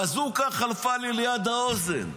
בזוקה חלפה לי ליד האוזן,